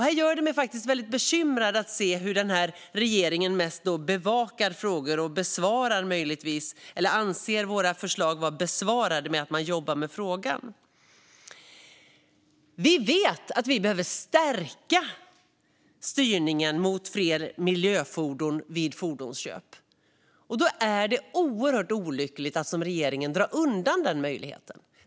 Det gör mig bekymrad att se hur regeringen mest bevakar frågor och möjligtvis anser våra förslag vara besvarade i och med att man jobbar med frågan. Vi vet att vi behöver stärka styrningen mot fler miljöfordon vid fordonsköp. Då är det oerhört olyckligt att göra som regeringen och dra undan den möjligheten.